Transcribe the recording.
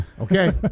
Okay